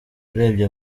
urebye